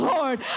Lord